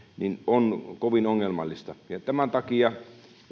on kovin ongelmallista tämän takia